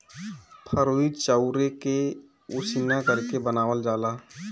फरुई चाउरे के उसिना करके बनावल जाला